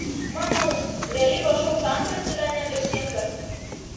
manau realybės šou žanras yra nemirtingas